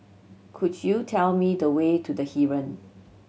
could you tell me the way to The Heeren